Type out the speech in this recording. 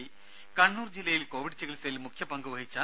രും കണ്ണൂർ ജില്ലയിൽ കൊവിഡ് ചികിത്സയിൽ മുഖ്യ പങ്ക് വഹിച്ചു